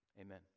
amen